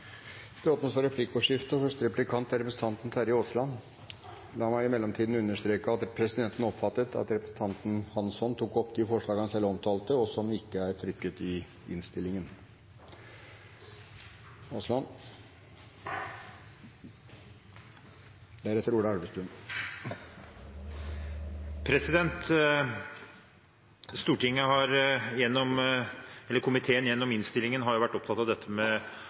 Det blir replikkordskifte. Presidenten oppfattet at representanten Rasmus Hansson tok opp de forslagene han omtalte, som ikke er trykket i innstillingen. Komiteen har gjennom arbeidet med innstillingen vært opptatt av å få en uhildet og trygg organisering av